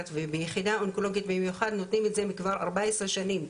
ביחידה האונקולוגית במיוחד נותנים את זה כבר 14 שנים.